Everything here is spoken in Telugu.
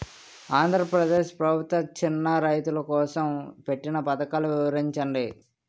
ఆంధ్రప్రదేశ్ ప్రభుత్వ చిన్నా రైతుల కోసం పెట్టిన పథకాలు వివరించండి?